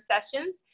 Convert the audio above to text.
sessions